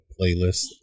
playlist